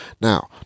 Now